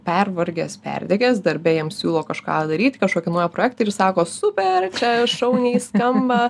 pervargęs perdegęs darbe jam siūlo kažką daryti kažkokį naują projektą ir sako super čia šauniai skamba